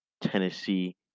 Tennessee